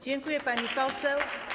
Dziękuję, pani poseł.